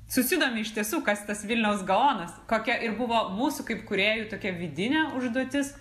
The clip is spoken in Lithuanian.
susidomi iš tiesų kas tas vilniaus gaonas kokia ir buvo mūsų kaip kūrėjų tokia vidinė užduotis